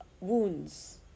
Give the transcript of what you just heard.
wounds